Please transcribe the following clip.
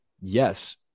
yes